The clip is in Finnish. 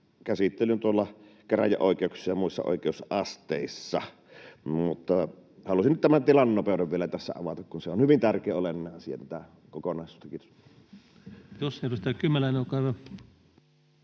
käsittelyyn käräjäoikeuksissa ja muissa oikeusasteissa. Halusin nyt tämän tilannenopeuden vielä tässä avata, kun se on hyvin tärkeä ja oleellinen asia tässä kokonaisuudessa. — Kiitos.